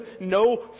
no